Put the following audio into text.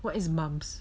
what is mumps